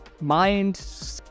Mind